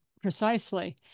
Precisely